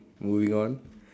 moving on